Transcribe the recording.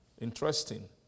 interesting